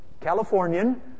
Californian